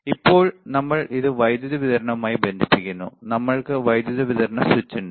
ഇപ്പോൾ നമ്മൾ ഇത് വൈദ്യുതി വിതരണവുമായി ബന്ധിപ്പിക്കുന്നു നമ്മൾക്ക് വൈദ്യുതി വിതരണ സ്വിച്ച് ഉണ്ട്